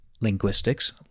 linguistics